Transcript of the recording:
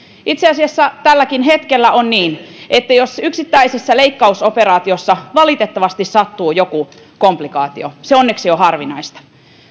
itse asiassa tälläkin hetkellä on niin että jos yksittäisessä leikkausoperaatiossa valitettavasti sattuu joku komplikaatio mikä onneksi on harvinaista